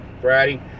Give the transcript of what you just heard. Friday